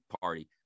party